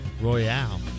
Royale